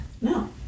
No